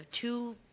two